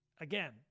Again